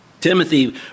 Timothy